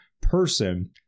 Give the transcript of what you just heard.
person